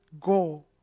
go